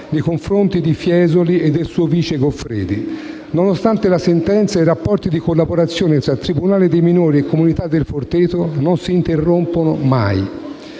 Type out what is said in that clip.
nei confronti di Fiesoli e del suo vice Goffredi. Nonostante la sentenza, il rapporto di collaborazione tra tribunale dei minori e comunità del Forteto non si interrompono mai.